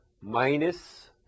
minus